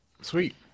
Sweet